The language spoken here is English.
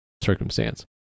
circumstance